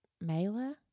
Mela